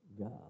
God